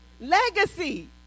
legacy